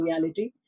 reality